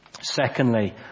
Secondly